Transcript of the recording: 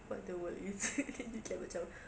what the world is then we get macam